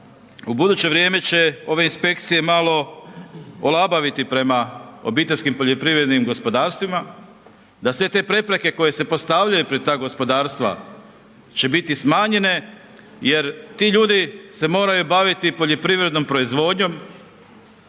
ubuduće vrijeme će ove inspekcije malo olabaviti prema obiteljskim poljoprivrednim gospodarstvima, da sve te prepreke koje se postavljaju pred ta gospodarstva, će biti smanjene jer ti ljudi se moraju baviti poljoprivrednom proizvodnjom